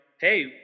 Hey